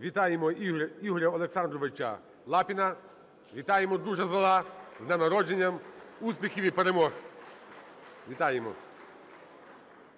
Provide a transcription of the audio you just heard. Вітаємо Ігоря Олександровича Лапіна. Вітаємо, друже, з днем народження, успіхів і перемог! (Оплески) Вітаємо.